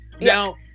Now